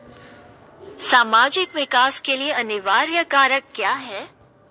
सामाजिक विकास के लिए अनिवार्य कारक क्या है?